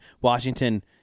Washington